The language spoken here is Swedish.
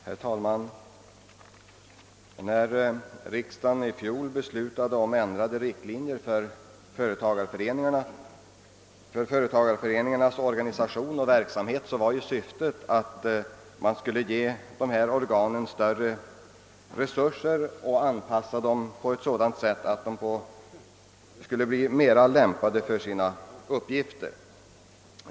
Herr talman! När riksdagen i fjol beslöt om ändrade riktlinjer för företagareföreningarnas organisation och verksamhet var syftet att man skulle ge dessa organ större resurser och anpassa resurserna på sådant sätt att föreningarna blev bättre lämpade för sina uppgifter.